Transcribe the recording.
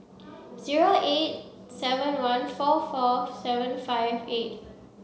zero eight seven one four four seven five eight